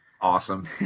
Awesome